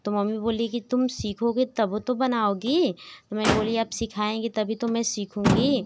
तो मम्मी बोली कि तुम सीखोगे तब तो बनाओगी तो मैं बोली आप सिखाएँगी तभी तो मैं सीखूँगी